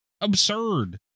absurd